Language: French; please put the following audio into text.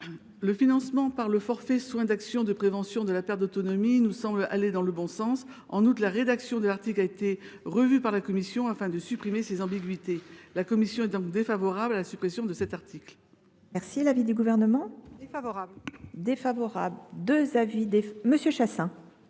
Le financement par le forfait soins d’actions de prévention contre la perte d’autonomie nous semble aller dans le bon sens. En outre, la rédaction de l’article a été revue par la commission afin de supprimer ses ambiguïtés. La commission est donc défavorable à la suppression de cet article. Quel est l’avis du Gouvernement ? Défavorable. La parole est à M.